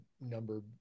number